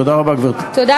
תודה רבה, גברתי.